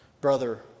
brother